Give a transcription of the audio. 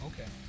Okay